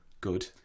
good